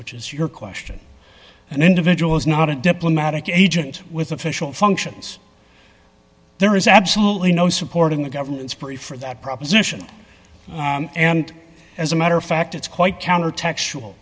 which is your question an individual is not a diplomatic agent with official functions there is absolutely no support in the government support for that proposition and as a matter of fact it's quite counter